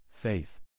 Faith